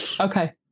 Okay